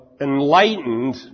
enlightened